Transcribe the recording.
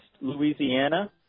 Louisiana